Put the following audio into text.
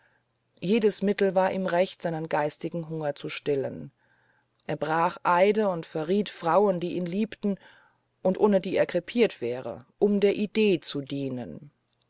jedes mittel war ihm recht seinen geistigen hunger zu stillen er schlug eide in den wind und verriet frauen die ihn liebten und ohne die er krepiert wäre um der idee zu dienen